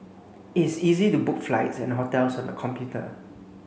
it's easy to book flights and hotels on the computer